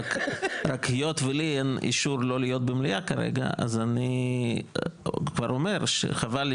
רק היות ולי אין אישור לא להיות במליאה כרגע אז אני כבר אומר שחבל לי